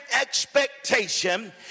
expectation